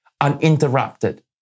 uninterrupted